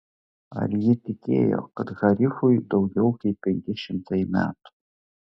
ar ji tikėjo kad harifui daugiau kaip penki šimtai metų